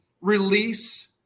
release